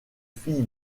fille